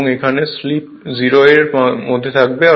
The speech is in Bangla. এবং এখানে স্লিপ 0 এর মধ্যে থাকবে